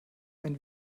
ein